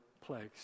plagues